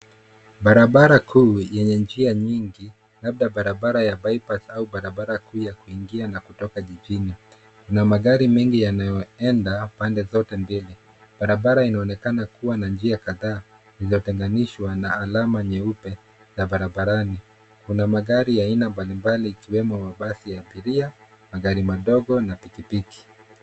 Barabara kuu yenye njia nyingi, labda barabara ya bypass (cs) au barabara kuu ya kuingia na kutoka jijini, na magari mengi yanayoenda pande zote mbili. Barabara inaonekana kua na njia kadhaa zinazotenganishwa na alama nyeupe ya barabarani. Kuna magari aina mbalimbali ikiwemo mabasi ya abiria, magari madogo na pikipiki.